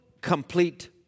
complete